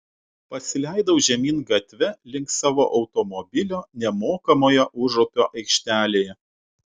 pasileidau žemyn gatve link savo automobilio nemokamoje užupio aikštelėje